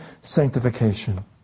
sanctification